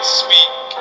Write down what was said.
speak